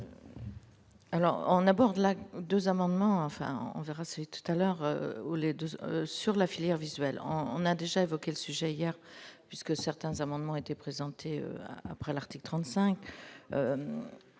Alors on aborde la 2 amendements, enfin on verra ça tout à l'heure où les 12 sur la filière visuelle, on a. J'ai évoqué le sujet hier puisque certains amendements étaient présentés après l'article 35